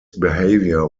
behaviour